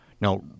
Now